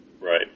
Right